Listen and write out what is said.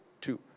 Two